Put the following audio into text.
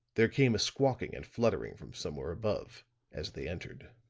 there came a squawking and fluttering from somewhere above as they entered.